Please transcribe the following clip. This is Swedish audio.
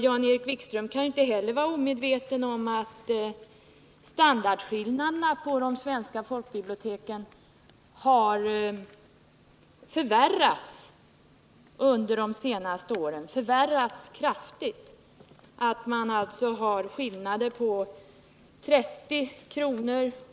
Jan-Erik Wikström kan inte heller vara omedveten om att läget i fråga om standardskillnaderna mellan de svenska folkbiblioteken har förvärrats kraftigt under de senaste åren, att man har skillnader på 30 kr.